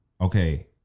okay